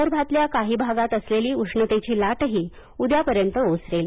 विदर्भातल्या काही भागात असलेली उष्णतेची लाटही उद्यापर्यंत ओसरेल